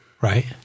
Right